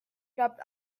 glaubt